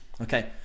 Okay